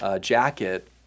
jacket